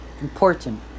important